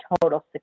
total